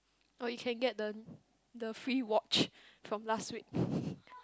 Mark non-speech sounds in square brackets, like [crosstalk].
oh you can get the the free watch from last week [laughs]